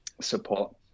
support